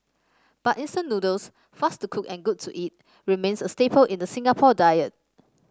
but instant noodles fast to cook and good to eat remains a staple in the Singapore diet